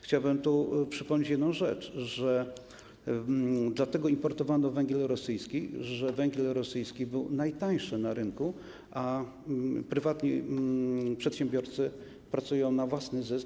Chciałbym tu przypomnieć jedną rzecz: importowano węgiel rosyjski, bo węgiel rosyjski był najtańszy na rynku, a prywatni przedsiębiorcy pracują na własny zysk.